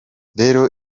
rero